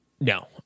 No